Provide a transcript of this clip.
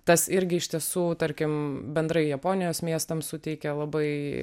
tas irgi iš tiesų tarkim bendrai japonijos miestams suteikia labai